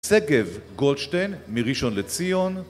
סגב גולדשטיין, מראשון לציון